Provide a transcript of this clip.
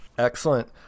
Excellent